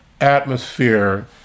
atmosphere